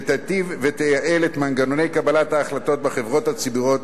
שתיטיב ותייעל את מנגנוני קבלת ההחלטות בחברות הציבוריות